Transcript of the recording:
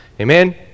Amen